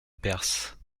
perse